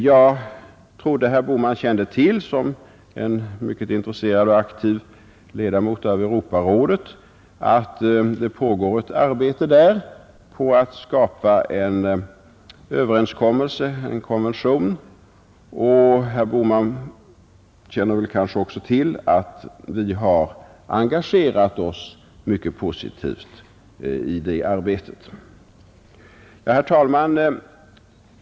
Jag trodde att herr Bohman som en mycket intresserad och aktiv ledamot av Europarådet kände till att det pågår ett arbete där på att skapa en sådan konvention och att vi har engagerat oss mycket positivt i det arbetet. Herr talman!